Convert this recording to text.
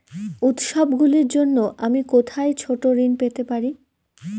উত্সবগুলির জন্য আমি কোথায় ছোট ঋণ পেতে পারি?